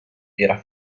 era